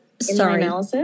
sorry